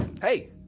Hey